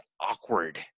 awkward